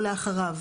או לאחריו,